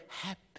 happy